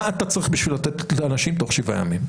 מה אתה צריך בשביל לתת לאנשים תוך שבעה ימים.